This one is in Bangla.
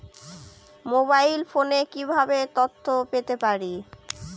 মোবাইল ফোনে কিভাবে তথ্য পেতে পারি?